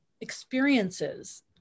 experiences